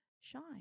shine